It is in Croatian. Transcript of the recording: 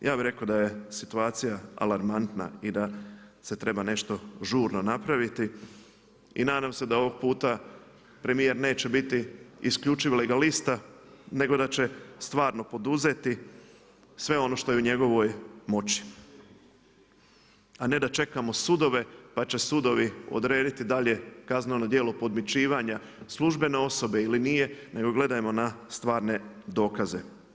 Ja bi rekao da je situacija alarmantna i da se treba nešto žurno napraviti i nadam se da ovog puta premijer neće biti isključiv legalista nego da će stvarno poduzeti sve ono što je u njegovoj moći, a ne da čekamo sudove pa će sudovi odrediti dalje kazneno djelo podmićivanja službene osobe ili nije, nego gledajmo na stvarne dokaze.